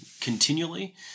continually